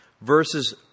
Verses